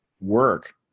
work